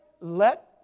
let